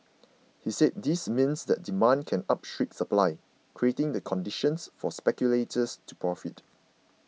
he said this means that demand can outstrip supply creating the conditions for speculators to profit